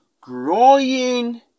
growing